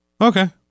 okay